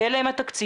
יהיה להם התקציב,